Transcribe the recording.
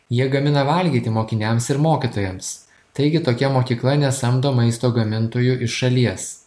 jie gamina valgyti mokiniams ir mokytojams taigi tokia mokykla nesamdo maisto gamintojų iš šalies